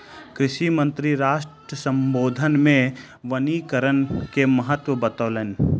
कृषि मंत्री राष्ट्र सम्बोधन मे वनीकरण के महत्त्व बतौलैन